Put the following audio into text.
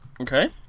Okay